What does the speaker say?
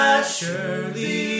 Surely